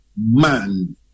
man